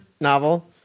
novel